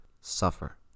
suffer